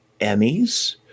Emmys